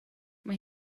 mae